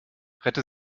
rette